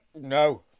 no